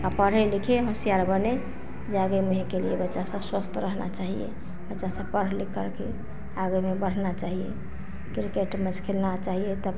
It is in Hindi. और पढे लिखे होशियार बने जागे नहीं के लिए बच्चा सब स्वस्थ रहना चाहिए बच्चा सब पढ़ लिख कर के आगे में बढ़ना चाहिए क्रिकेट मैच खेलना चाहिए तब